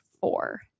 four